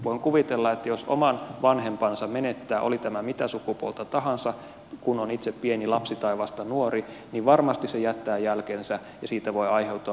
voin kuvitella että jos oman vanhempansa menettää oli tämä mitä sukupuolta tahansa kun on itse pieni lapsi tai vasta nuori niin varmasti se jättää jälkensä ja siitä voi aiheutua monenlaisia vaikeuksia